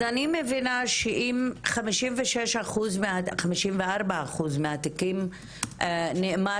אז אני מבינה שאם 54 אחוז מהתיקים נאמר